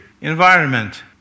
environment